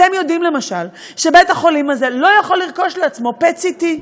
אתם יודעים למשל שבית-החולים הזה לא יכול לרכוש לעצמו PET-CT?